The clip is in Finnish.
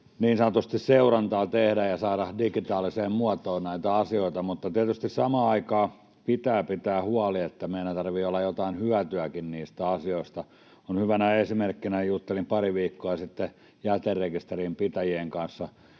niin sanotusti liikenteen seurantaa ja saada digitaaliseen muotoon näitä asioita, mutta tietysti samaan aikaan pitää pitää huoli siitä, että meille tarvitsee olla jotain hyötyäkin niistä asioista. Hyvänä esimerkkinä: Juttelin pari viikkoa sitten jäterekisterin pitäjien kanssa.